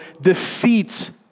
defeats